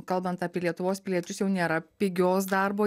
kalbant apie lietuvos piliečius jau nėra pigios darbo